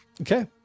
Okay